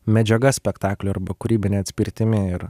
medžiaga spektakliui arba kūrybine atspirtimi ir